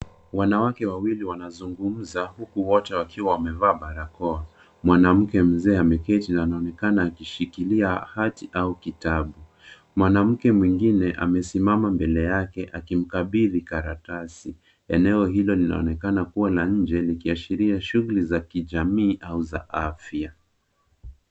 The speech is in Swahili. Wanawake wawili wanazungumza kwa kukaribiana wakiwa wamebeba makaratasi. Mwanamke mzee ameketi na anaonekana akishikilia hati au kitabu. Mwanamke mwingine amesimama mbele yake, akikabili karatasi. Eneo hilo linaonekana kuwa la nje, likiashiria cha shughuli za kijamii au za afya.